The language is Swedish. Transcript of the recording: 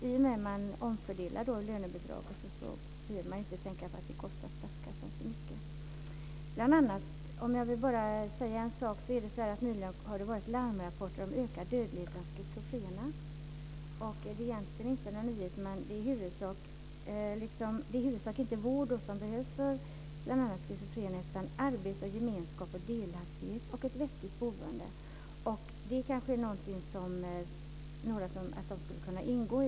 I och med att man omfördelar lönebidragen behöver man inte tänka på att det kostar statskassan så mycket. Det har nyligen kommit larmrapporter om ökad dödlighet bland schizofrena. Det är egentligen inte någon nyhet. De schizofrena behöver inte främst vård utan arbete, gemenskap, delaktighet och ett vettigt boende. De skulle kanske kunna ingå i ett sådant här kooperativ.